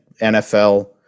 NFL